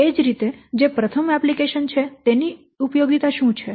એ જ રીતે જે પ્રથમ એપ્લિકેશન છે તેની ઉપયોગિતા શું છે